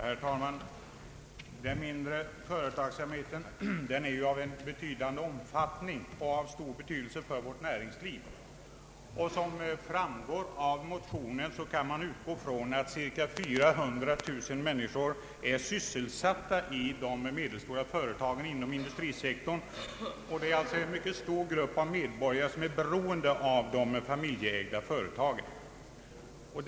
Herr talman! Den mindre företagsamheten är av betydande omfattning och av stor betydelse för vårt näringsliv. Som framgår av motionen, kan man utgå ifrån att cirka 400 000 människor är sysselsatta i de medelstora företagen inom industrisektorn. Det är således en mycket stor grupp av medborgare som är beroende av de familjeägda företagen.